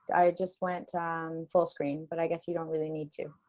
i just went full screen, but i guess, you don't really need to.